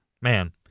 man